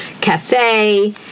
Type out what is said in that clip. cafe